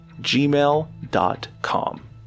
gmail.com